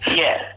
yes